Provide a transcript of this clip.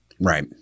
right